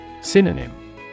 Synonym